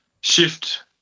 shift